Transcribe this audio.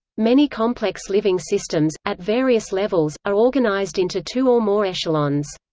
many complex living systems, at various levels, are organized into two or more echelons.